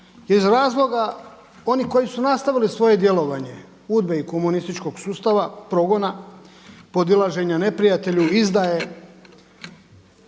iz razloga oni koji su nastavili svoje djelovanje UDBA-e i komunističkog sustava, progona, podilaženja neprijatelju, izdaje,